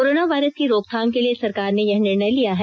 corona virus की रोकथाम के लिए सरकार ने यह निर्णय लिया है